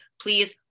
please